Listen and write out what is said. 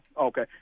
Okay